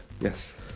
yes